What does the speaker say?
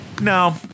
No